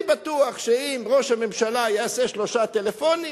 אני בטוח שאם ראש הממשלה יעשה שלושה טלפונים,